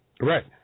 Right